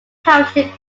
township